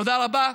תודה רבה.